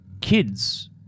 kids